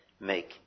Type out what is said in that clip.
make